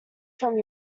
from